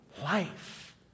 life